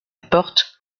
porte